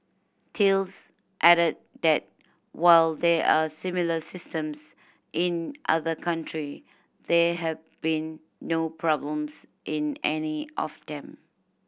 Thales added that while there are similar systems in other country there have been no problems in any of them